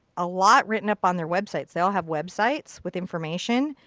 a lot written up on their websites. they all have websites with information.